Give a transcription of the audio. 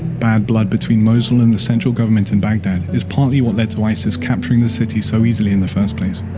bad blood between mosul and the central government in baghdad is partly what led to isis capturing the city so easily in the first place.